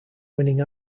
winning